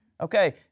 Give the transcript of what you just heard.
Okay